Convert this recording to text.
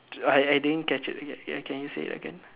I I didn't catch it can you say it again